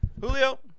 Julio